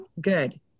Good